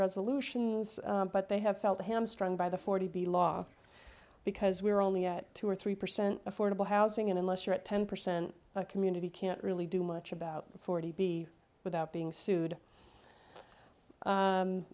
resolutions but they have felt hamstrung by the forty be law because we're only at two or three percent affordable housing unless you're at ten percent a community can't really do much about forty b without being sued